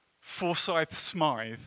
Forsyth-Smythe